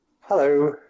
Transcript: Hello